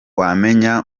wamenya